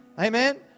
Amen